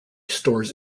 stores